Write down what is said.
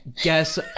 guess